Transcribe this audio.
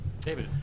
David